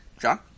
John